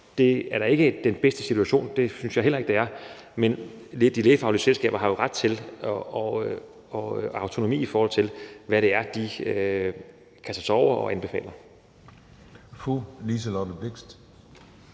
Det er da ikke den bedste situation, det synes jeg heller ikke at det er, men de lægefaglige selskaber har jo ret til det og har autonomi, i forhold til hvad det er, de kaster sig over og anbefaler.